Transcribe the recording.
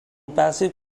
passive